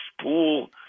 pool